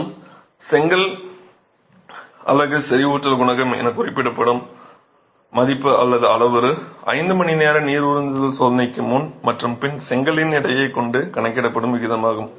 மேலும் செங்கற் அலகு செறிவூட்டல் குணகம் என குறிப்பிடப்படும் மதிப்பு அல்லது அளவுரு 5 மணி நேர நீர் உறிஞ்சுதல் சோதனைக்குப் முன் மற்றும் பின் செங்கலின் எடையைக் கொண்டு கணக்கிடப்படும் விகிதமாகும்